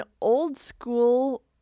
old-school